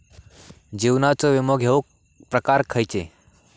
जीवनाचो विमो घेऊक प्रकार खैचे?